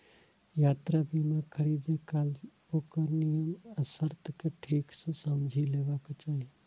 यात्रा बीमा खरीदै काल ओकर नियम आ शर्त कें ठीक सं समझि लेबाक चाही